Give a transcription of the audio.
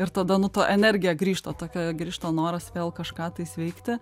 ir tada nu ta energija grįžta tokia grįžta noras vėl kažką tais veikti